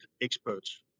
experts